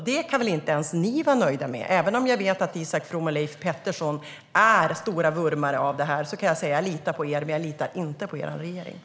Det kan väl inte ens ni vara nöjda med. Även om jag vet att Isak From och Leif Pettersson är stora vurmare för det här kan jag säga att jag litar på er, men jag litar inte på er regering.